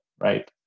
right